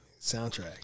soundtrack